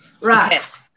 right